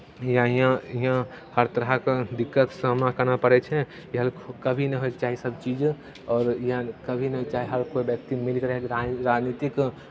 हिआँ हिआँ हिआँ हर तरहके दिक्कतके सामना करना पड़ै छै इएह लेल कभी नहि होय चाही सभचीज आओर हिआँ कभी नहि चाही हर कोइ व्यक्ति मिलि कऽ रहय राज राजनीतिके